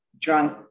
drunk